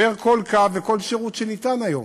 פר כל קו וכל שירות שניתן היום.